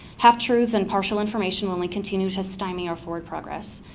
half-truths, and partial information only continues to stymie our forward progress.